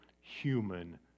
human